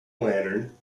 lantern